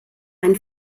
ein